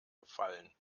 gefallen